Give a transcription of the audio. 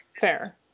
Fair